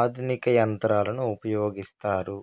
ఆధునిక యంత్రాలను ఉపయోగిస్తారు